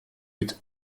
with